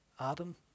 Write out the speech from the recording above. Adam